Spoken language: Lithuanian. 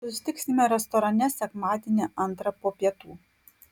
susitiksime restorane sekmadienį antrą po pietų